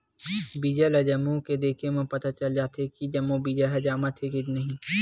बीजा ल जमो के देखे म पता चल जाथे के जम्मो बीजा ह जामत हे धुन नइ